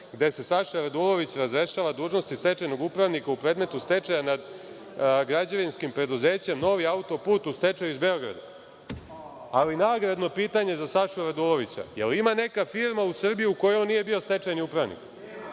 gde se Saša Radulović razrešava dužnosti stečajnog upravnika u predmetu stečaja nad GP „Novi autoput“, u stečaju, iz Beograda. Ali, nagradno pitanje za Sašu Radulovića, jel ima neka firma u Srbiji u kojoj on nije bio stečajni upravnik?